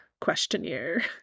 questionnaire